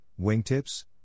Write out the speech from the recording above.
wingtips